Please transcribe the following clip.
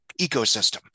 ecosystem